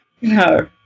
No